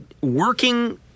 working